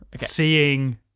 seeing